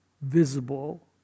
visible